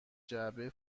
جعبه